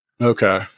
Okay